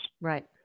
Right